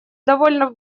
довольно